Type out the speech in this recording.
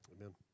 Amen